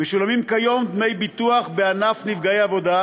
משולמים כיום דמי ביטוח בענף נפגעי עבודה,